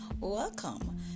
Welcome